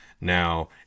Now